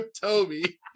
toby